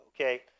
okay